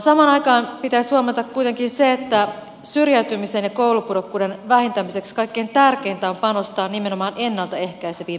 samaan aikaan pitäisi huomata kuitenkin se että syrjäytymisen ja koulupudokkuuden vähentämiseksi kaikkein tärkeintä on panostaa nimenomaan ennalta ehkäiseviin peruspalveluihin